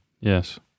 Yes